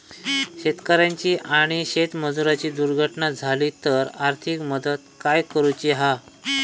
शेतकऱ्याची आणि शेतमजुराची दुर्घटना झाली तर आर्थिक मदत काय करूची हा?